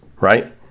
right